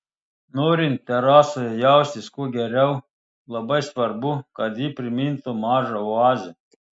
norint terasoje jaustis kuo geriau labai svarbu kad ji primintų mažą oazę